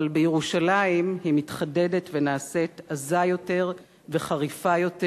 אבל בירושלים היא מתחדדת ונעשית עזה יותר וחריפה יותר,